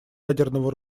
ядерного